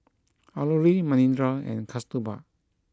Alluri Manindra and Kasturba